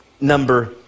number